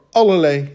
allerlei